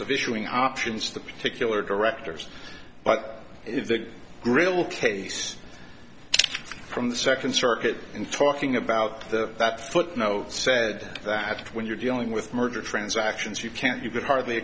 of issuing options the particular directors but if the grill case from the second circuit in talking about that footnote said that when you're dealing with merger transactions you can't you could hardly